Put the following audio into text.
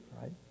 right